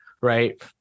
right